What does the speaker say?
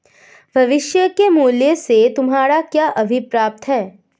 भविष्य के मूल्य से तुम्हारा क्या अभिप्राय है?